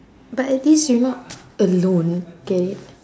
but at least you're not alone get it